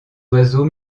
oiseaux